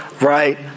right